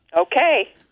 Okay